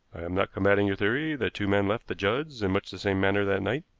i am not combating your theory that two men left the judds in much the same manner that night,